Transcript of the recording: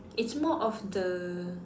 it's more of the